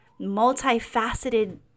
multifaceted